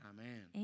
Amen